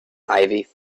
ivy